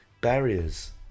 barriers